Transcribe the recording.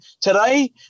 today